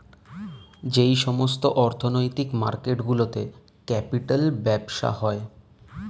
যেই সমস্ত অর্থনৈতিক মার্কেট গুলোতে ক্যাপিটাল ব্যবসা হয়